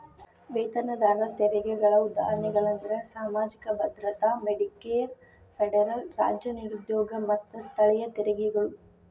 ವೇತನದಾರರ ತೆರಿಗೆಗಳ ಉದಾಹರಣೆಗಳಂದ್ರ ಸಾಮಾಜಿಕ ಭದ್ರತಾ ಮೆಡಿಕೇರ್ ಫೆಡರಲ್ ರಾಜ್ಯ ನಿರುದ್ಯೋಗ ಮತ್ತ ಸ್ಥಳೇಯ ತೆರಿಗೆಗಳು